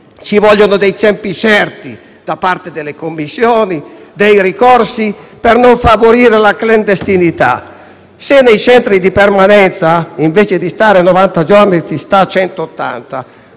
Ci vogliono dei tempi certi da parte delle commissioni dei ricorsi per non favorire la clandestinità. Se nei centri di permanenza, invece di novanta giorni, si sta